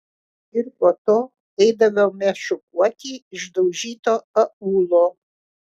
ir po to eidavome šukuoti išdaužyto aūlo